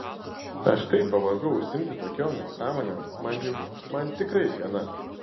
aš taip pavargau užsiimti tokiom nesąmonėm man jau man tikrai gana